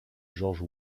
george